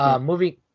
moving